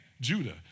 Judah